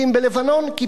"כיפת ברזל".